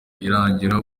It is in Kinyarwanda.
irangira